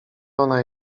ona